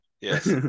yes